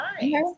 nice